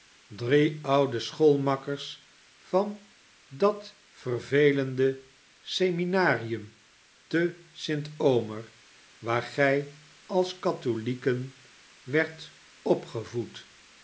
drie oude schoolmakkers van dat vervelende seminarium te st omer waar gij als katholijken werd opgevoed